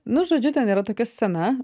nu žodžiu ten yra tokia scena